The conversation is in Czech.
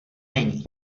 není